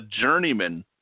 journeyman